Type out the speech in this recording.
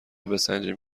بسنجیم